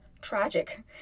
tragic